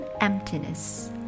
emptiness